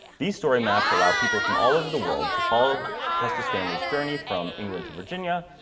these story maps allow people from all over the world to follow custis family's journey from england to virginia,